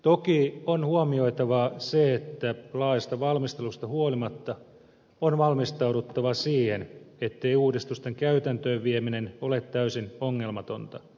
toki on huomioitava se että laajasta valmistelusta huolimatta on valmistauduttava siihen ettei uudistusten käytäntöön vieminen ole täysin ongelmatonta